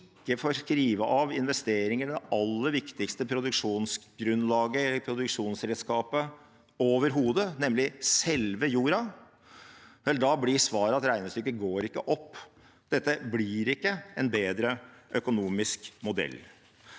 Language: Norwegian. ikke får skrive av investeringer overhodet i det aller viktigste produksjonsgrunnlaget eller produksjonsredskapet, nemlig selve jorda, blir svaret at regnestykket går ikke opp, dette blir ikke en bedre økonomisk modell.